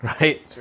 Right